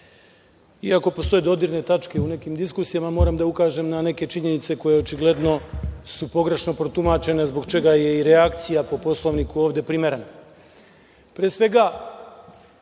Iako postoje dodirne tačke u nekim diskusijama, moram da ukažem na neke činjenice koje su očigledno pogrešno protumačene zbog čega je reakcija po Poslovniku ovde primerena. Pre